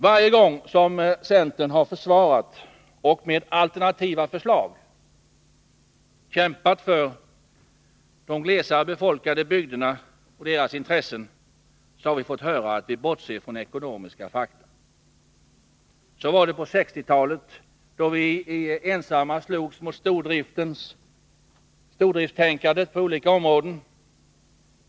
Varje gång centern har försvarat och med alternativa förslag kämpat för de glesare befolkade bygderna och deras intressen har vi fått höra att vi bortser från ekonomiska fakta. Så var det på 1960-talet, då vi ensamma slogs mot stordriftstanken på olika områden.